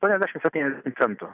aštuoniasdešimt septyniasdešimt centų